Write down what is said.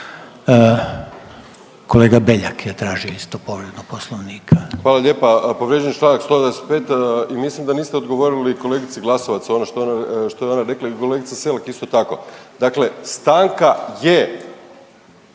Kolega Beljak je tražio isto povredu Poslovnika. **Beljak, Krešo (HSS)** Hvala lijepa. Povrijeđen je čl. 195. i mislim da niste odgovorili kolegici Glasovac, ono što je ona rekla i kolegica Selak isto tako. Dakle, stanka je